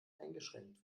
eingeschränkt